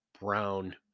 brown